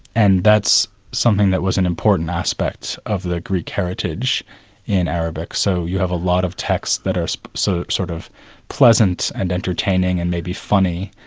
and that's something that was an important aspect of the greek heritage in arabic. so you have a lot of texts that are so sort of pleasant and entertaining and maybe funny,